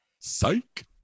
Psych